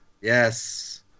Yes